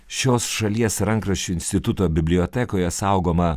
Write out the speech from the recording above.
šios šalies rankraščių instituto bibliotekoje saugoma